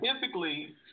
Typically